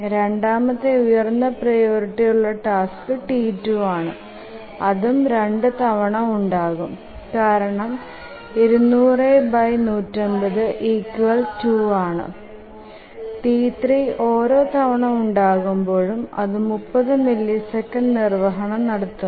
രണ്ടാമത്തെ ഉയർന്ന പ്രിയോറിറ്റി ഉള്ള ടാസ്ക് T2 ആണ് അതും 2 തവണ ഉണ്ടാകും കാരണം ⌈200150 ⌉2 ആണ് T3 ഓരോ തവണ ഉണ്ടാകുമ്പോഴും അതു 30മില്ലിസെക്കൻഡ്സ് നിർവഹണം നടത്തുന്നു